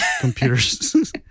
computers